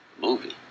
movie